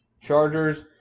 chargers